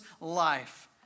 life